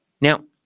now